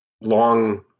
long